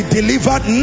delivered